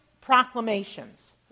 proclamations